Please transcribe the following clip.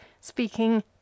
speaking